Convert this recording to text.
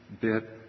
bit